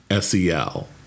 SEL